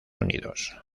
unidos